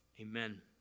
Amen